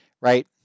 right